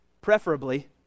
preferably